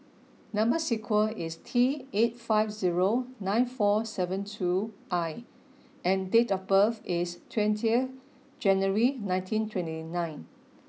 number sequence is T eight five zero nine four seven two I and date of birth is twenty January nineteen twenty nine